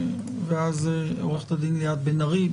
ואז עורכת הדין ליאת בן ארי.